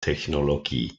technologie